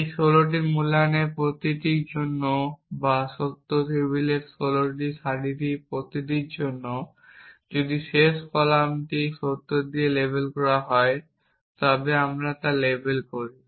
এই 16টি মূল্যায়নের প্রতিটির জন্য বা সত্য টেবিলের ষোলটি সারির প্রতিটির জন্য যদি শেষ কলামটি সত্য দিয়ে লেবেল করা হয় তবে আমরা লেবেল করি